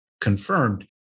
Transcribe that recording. confirmed